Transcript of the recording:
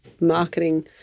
marketing